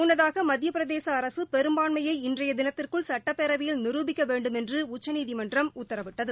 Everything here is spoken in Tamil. முன்னதாக மத்திய பிரதேச அரசு பெரும்பான்மையை இன்றைய தினத்திற்குள் சட்டப்பேரவையில் நிருபிக்க வேண்டுமென்று உச்சநீதிமன்றம் உத்தரவிட்டது